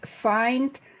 find